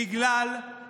כבר הפרטתם את צה"ל.